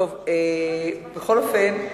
בכל אופן,